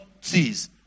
sees